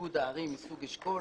איגוד הערים סביב אשכול.